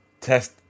test